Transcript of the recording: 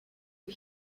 you